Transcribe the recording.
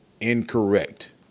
Incorrect